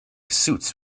suits